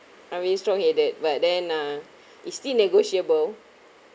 I'm really strong headed but then uh it still negotiable